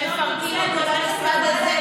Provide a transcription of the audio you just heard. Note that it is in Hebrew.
שמפרקים אותו למשרד הזה,